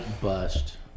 bust